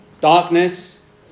Darkness